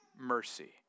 mercy